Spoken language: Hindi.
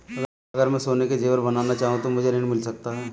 अगर मैं सोने के ज़ेवर बनाना चाहूं तो मुझे ऋण मिल सकता है?